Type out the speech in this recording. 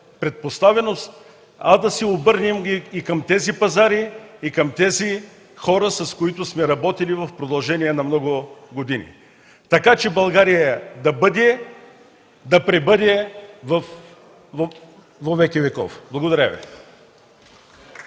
предпоставеност, а да се обърнем и към тези пазари, и към тези хора, с които сме работили в продължение на много години, така че България да бъде, да пребъде во веки веков! Благодаря Ви.